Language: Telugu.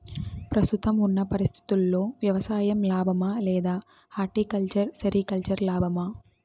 ప్రస్తుతం ఉన్న పరిస్థితుల్లో వ్యవసాయం లాభమా? లేదా హార్టికల్చర్, సెరికల్చర్ లాభమా?